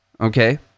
okay